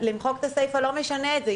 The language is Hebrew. למחוק את הסיפה, זה לא משנה את זה.